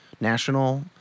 national